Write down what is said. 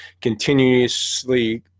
continuously